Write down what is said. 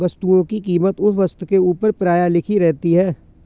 वस्तुओं की कीमत उस वस्तु के ऊपर प्रायः लिखी रहती है